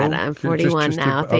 and i'm forty one now.